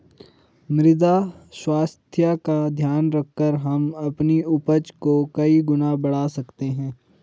मृदा स्वास्थ्य का ध्यान रखकर हम अपनी उपज को कई गुना बढ़ा सकते हैं